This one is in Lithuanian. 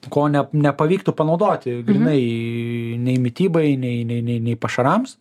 kone nepavyktų panaudoti grynai nei mitybai nei nei pašarams